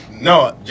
No